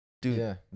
Dude